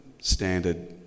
standard